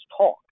talk